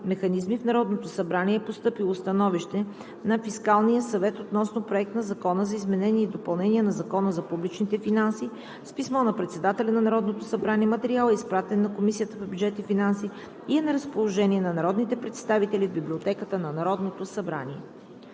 механизми, в Народното събрание е постъпило Становище на Фискалния съвет относно Проект на Закона за изменение и допълнение на Закона за публичните финанси. С писмо на председателя на Народното събрание материалът е изпратен на Комисията по бюджет и финанси и е на разположение на народните представители в Библиотеката на Народното събрание.